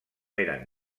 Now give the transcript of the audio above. eren